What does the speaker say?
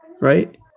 right